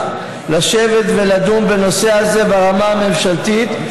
לשבת ולדון בנושא הזה ברמה הממשלתית,